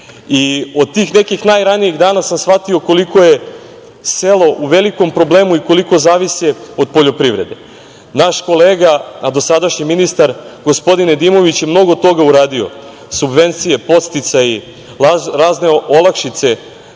Od tih nekih najranijih dana sam shvatio koliko je selo u velikom problemu i koliko zavisi od poljoprivrede. Naš kolega, a dosadašnji ministar, gospodin Nedimović je mnogo toga uradio. Subvencije, podsticaji, razne olakšice